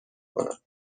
کنم